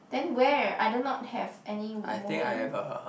then where I do not have any movie